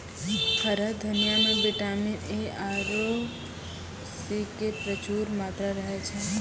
हरा धनिया मॅ विटामिन ए आरो सी के प्रचूर मात्रा रहै छै